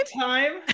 time